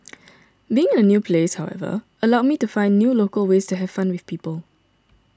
being in a new place however allowed me to find new local ways to have fun with people